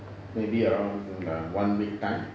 maybe around err one week time